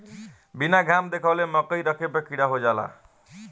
बीना घाम देखावले मकई रखे पर कीड़ा हो जाला